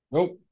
Nope